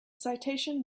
citation